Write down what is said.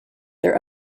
their